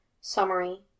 Summary